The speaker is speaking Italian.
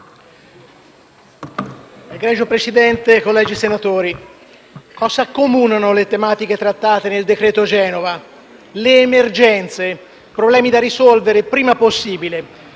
Presidente, onorevoli colleghi, cosa ac- comuna le tematiche trattate nel decreto Genova? Le emergenze, problemi da risolvere prima possibile.